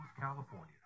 California